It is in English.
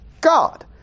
God